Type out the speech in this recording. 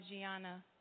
Gianna